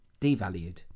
devalued